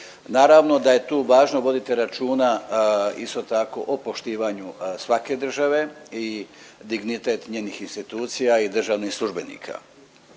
Naravno da je tu važno voditi računa isto tako o poštivanju svake države i dignitet njihovih institucija i državnih službenika,